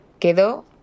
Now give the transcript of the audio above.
quedó